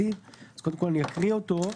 קודם כול אני אקרא אותו.